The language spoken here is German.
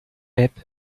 app